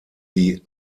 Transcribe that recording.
die